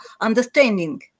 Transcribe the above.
understanding